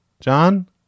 John